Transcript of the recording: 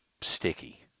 sticky